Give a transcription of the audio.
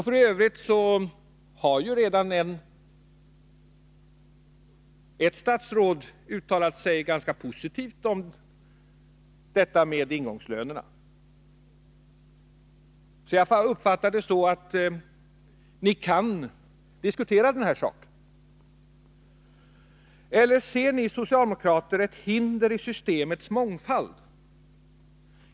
F. ö. har ju redan ett statsråd uttalat sig ganska positivt om problemet med ingångslönerna. Jag uppfattar saken så att ni kan diskutera den här frågan. Eller ser ni socialdemokrater ett hinder i systemets mångfald?